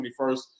21st